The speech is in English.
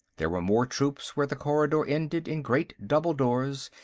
there were more troops where the corridor ended in great double doors,